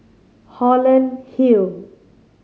Holland Hill